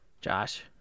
josh